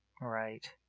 Right